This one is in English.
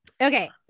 Okay